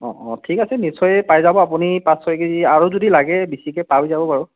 অঁ অঁ ঠিক আছে নিশ্চয়েই পায় যাব আপুনি পাঁচ ছয় কেজি আৰু যদি লাগে বেছিকৈ পায় যাব বাৰু